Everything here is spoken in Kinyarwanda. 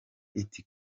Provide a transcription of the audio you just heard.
iti